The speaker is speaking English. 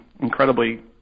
incredibly